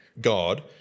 God